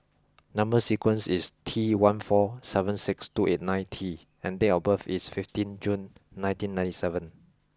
number sequence is T one four seven six two eight nine T and date of birth is fifteenth June nineteen ninety seven